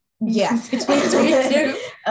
Yes